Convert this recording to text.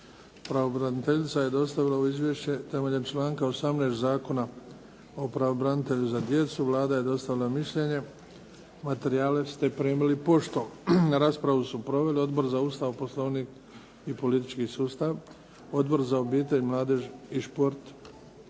Pravobraniteljica je dostavila ovo izvješće temeljem članka 18. Zakona o pravobranitelju za djecu. Vlada je dostavila mišljenje. Materijale ste primili poštom. Raspravu su proveli Odbor za Ustav, poslovnik i politički sustav, Odbor za obitelj, mladež i šport,